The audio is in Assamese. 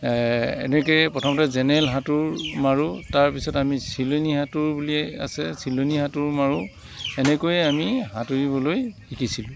এনেকৈয়ে প্ৰথমতে জেনেৰেল সাঁতুৰ মাৰো তাৰপিছত আমি চিলনী সাঁতুৰ বুলি আছে চিলনী সাঁতুৰ মাৰো এনেকৈয়ে আমি সাঁতুৰিবলৈ শিকিছিলো